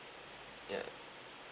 ya